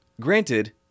Granted